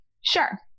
Sure